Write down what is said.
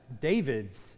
David's